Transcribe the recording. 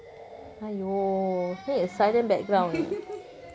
!aiyo! we need a silent background weh